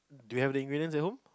do you have the ingredients at home